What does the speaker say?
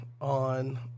on